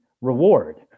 reward